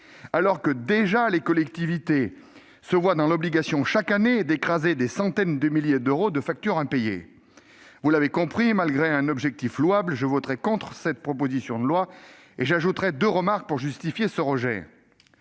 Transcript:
en effet, déjà, chaque année, dans l'obligation d'écraser des centaines de milliers d'euros de factures impayées. Vous l'aurez compris, malgré un objectif louable, je voterai contre cette proposition de loi. J'ajouterai deux remarques pour justifier ce rejet.